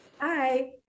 Hi